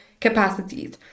capacities